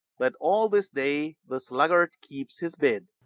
that all this day the sluggard keeps his bed.